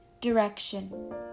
Direction